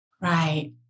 Right